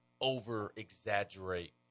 over-exaggerate